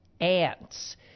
ants